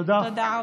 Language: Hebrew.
תודה רבה.